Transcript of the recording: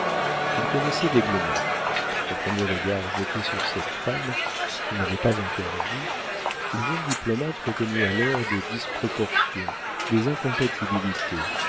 il connaissait d'aiglemont au premier regard jeté sur cette femme qu'il n'avait pas encore vue le jeune diplomate reconnut alors des disproportions des incompatibilités